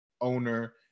owner